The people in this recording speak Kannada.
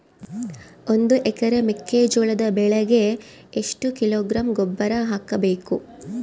ಒಂದು ಎಕರೆ ಮೆಕ್ಕೆಜೋಳದ ಬೆಳೆಗೆ ಎಷ್ಟು ಕಿಲೋಗ್ರಾಂ ಗೊಬ್ಬರ ಹಾಕಬೇಕು?